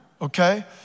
Okay